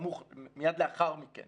מייד לאחר מכן